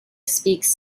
speaks